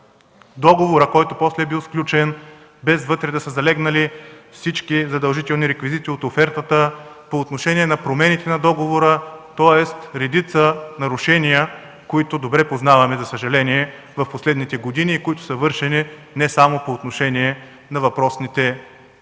договора, който после е бил сключен – без вътре да са залегнали всички задължителни реквизити от офертата; по отношение промените на договора, тоест редица нарушения, които добре познаваме, за съжаление, в последните години и са вършени не само по отношение на въпросните детски